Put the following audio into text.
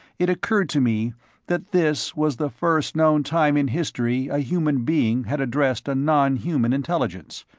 it occurred to me that this was the first known time in history a human being had addressed a non-human intelligence.